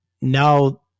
now